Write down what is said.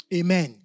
Amen